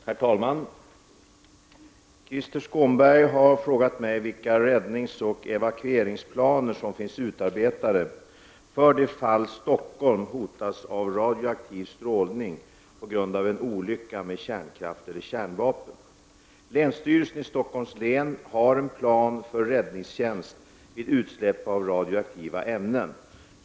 Herr talman! Krister Skånberg har fråga mig vilka räddningsoch evakueringsplaner som finns utarbetade för det fall Stockholm hotas av radioaktiv strålning på grund av en olycka med kärnkraft eller kärnvapen. Länsstyrelsen i Stockholms län har en plan för räddningstjänst vid utsläpp av radioaktiva ämnen.